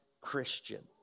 Christian